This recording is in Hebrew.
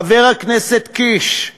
חבר הכנסת קיש,